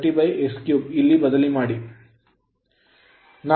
Ia230 x3 ಇಲ್ಲಿ ಬದಲಿ